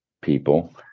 people